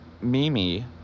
Mimi